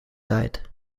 died